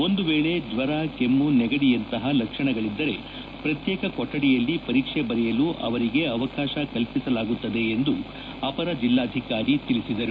ಒಂದು ವೇಳೆ ಜ್ವರ ಕೆಮ್ನು ನೆಗಡಿಯಂತಪ ಲಕ್ಷಣಗಳಿದ್ದರೆ ಅವರನ್ನು ಪ್ರತ್ಯೇಕ ಕೊಠಡಿಯಲ್ಲಿ ಪರೀಕ್ಷೆ ಬರೆಯಲು ಅವರಿಗೆ ಅವಕಾಶ ಕಲ್ಪಿಸಲಾಗುತ್ತದೆ ಎಂದು ಅಪರ ಜೆಲ್ಲಾಧಿಕಾರಿ ತಿಳಿಸಿದರು